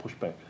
pushback